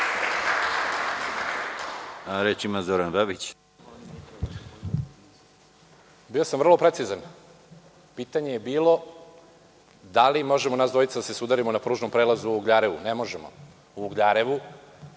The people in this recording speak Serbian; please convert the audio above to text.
Babić. **Zoran Babić** Bio sam vrlo precizan. Pitanje je bilo – da li možemo nas dvojica da se sudarimo na pružnom prelazu u Ugljarevu. Ne možemo. U Ugljarevu,